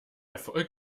erfolg